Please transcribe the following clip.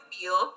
feel